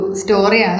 story